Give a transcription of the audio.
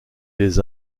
des